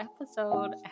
episode